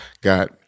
got